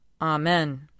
Amen